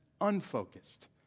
unfocused